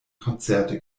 konzerte